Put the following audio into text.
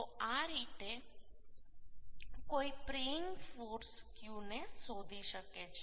તો આ રીતે કોઈ પ્રીઇંગ ફોર્સ Q ને શોધી શકે છે